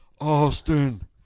Austin